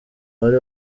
wari